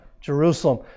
Jerusalem